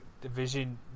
division